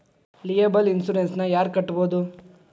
Liable insurance ನ ಯಾರ್ ಕಟ್ಬೊದು?